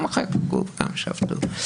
גם חקקו וגם שפטו.